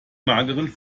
mageren